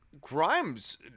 Grimes